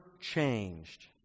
changed